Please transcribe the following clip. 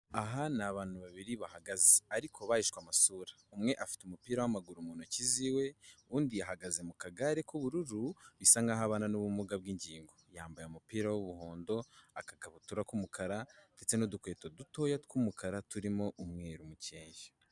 Aha ni abantu babiri bahagaze ariko bahishwe amasura. Umwe afite umupira w'amaguru mu ntoki ziwe, undi ahagaze mu kagare k'ubururu bisa nk'aho abana n'ubumuga bw'ingingo. Yambaye umupira w'umuhondo, agakabutura k'umukara ndetse n'udukweto dutoya tw'umukara turimo umweru mukeya.